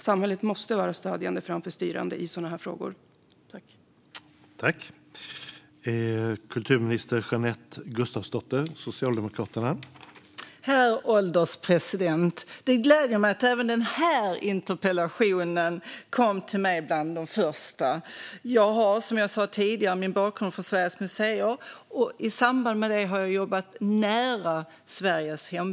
Samhället måste vara stödjande framför styrande i sådana här frågor.